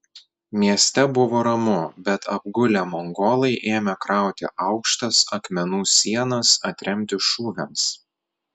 mieste buvo ramu bet apgulę mongolai ėmė krauti aukštas akmenų sienas atremti šūviams